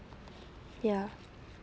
ya